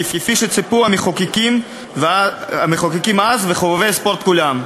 כפי שציפו המחוקקים אז וחובבי הספורט כולם.